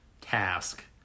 task